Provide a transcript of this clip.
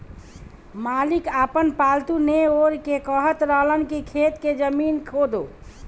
मालिक आपन पालतु नेओर के कहत रहन की खेत के जमीन खोदो